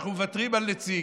אנחנו מוותרים על נציג.